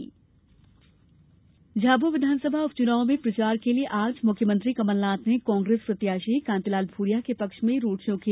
झाबुआ विस उपचुनाव झाबुआ विधानसभा उपच्नाव में प्रचार के लिए आज मुख्यमंत्री कमलनाथ ने कांग्रेस प्रत्याशी कांतिलाल भूरिया के पक्ष में रोड शो किया